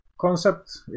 concept